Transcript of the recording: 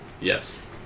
Yes